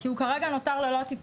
אוקי, כי הוא נותר כרגע ללא טיפול.